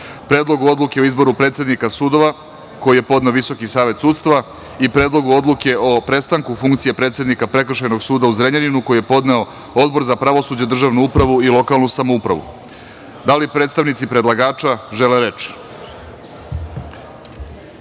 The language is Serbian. Predlogu odluke o izboru predsednika sudova, koji je podneo Visoki savet sudstva, i Predlogu odluke o prestanku funkcije predsednika prekršajnog suda u Zrenjaninu, koji je podneo Odbor za pravosuđe, državnu upravu i lokalnu samoupravu. Da li predstavnici predlagača žele